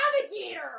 navigator